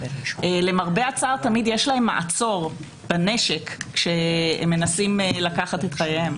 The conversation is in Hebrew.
למרבה הצער תמיד יש להם מעצור בנשק כשהם מנסים לקחת את חייהם.